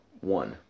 one